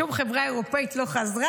שום חברה אירופית לא חזרה,